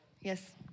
Yes